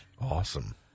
awesome